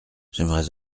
j’aimerais